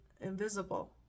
invisible